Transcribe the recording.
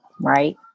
right